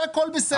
והכול בסדר.